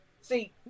See